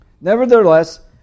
Nevertheless